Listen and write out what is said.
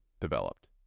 developed